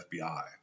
FBI